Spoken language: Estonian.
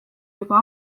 juba